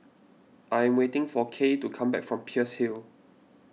I am waiting for Kaye to come back from Peirce Hill